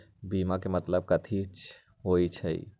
बीमा के मतलब कथी होई छई?